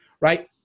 right